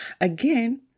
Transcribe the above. again